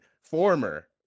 former